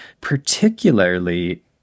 particularly